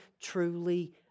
truly